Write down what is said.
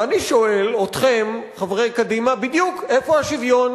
ואני שואל אתכם, קדימה: בדיוק, איפה השוויון?